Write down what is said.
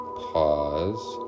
pause